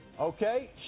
Okay